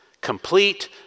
Complete